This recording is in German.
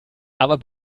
aber